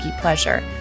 pleasure